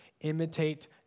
Imitate